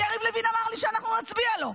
כי יריב לוין אמר לי שאנחנו נצביע לו.